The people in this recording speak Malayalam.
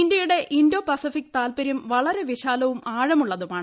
ഇന്ത്യയുടെ ഇന്തോ പസഫിക് താൽപ്പര്യം വളരെ വിശാലവും ആഴമുള്ളതുമാണ്